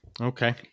Okay